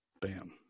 Bam